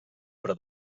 però